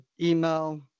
email